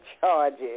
charges